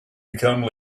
become